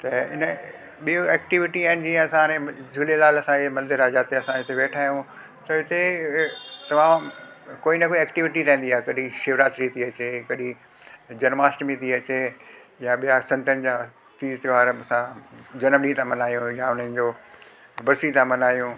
त इन ॿियों एक्टिविटी आहिनि जीअं असां हाणे झूलेलाल सां इहा मंदर आहे जिते असां हिते वेठा आहियूं त हिते तमामु कोई ना कोई एक्टिविटी रहंदी आहे कॾहिं शिवरात्री ति अचे कॾहिं जन्माष्टमी ति अचे या ॿिया संतनि जा तीर्थ वारनि सां जन्म ॾींहुं त मल्हायूं या हुननि जो बर्सी ता मल्हायूं